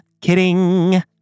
kidding